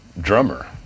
drummer